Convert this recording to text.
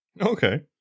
Okay